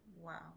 Wow